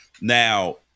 Now